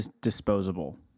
disposable